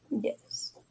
yes